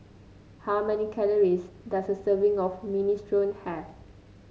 how many calories does a serving of Minestrone have